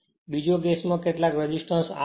બીજો કેસ માં કેટલાક રેસિસ્ટન્સ R દાખલ થાય છે